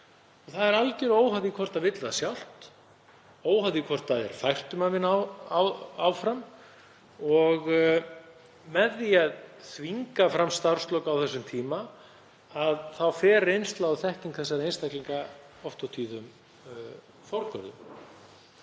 Það er algjörlega óháð því hvort fólk vill það sjálft og óháð því hvort það er fært um að vinna áfram. Með því að þvinga fram starfslok á þessum tíma fer reynsla og þekking þessara einstaklinga oft og tíðum forgörðum